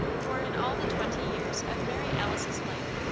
for in all the twenty years of mary alice's life,